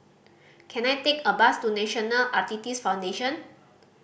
can I take a bus to National Arthritis Foundation